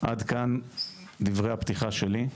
עד כאן דברי הפתיחה שלי.